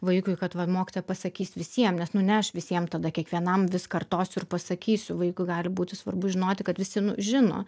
vaikui kad va mokytoja pasakys visiem nes nu ne aš visiem tada kiekvienam vis kartosiu ir pasakysiu vaikui gali būti svarbu žinoti kad visi nu žino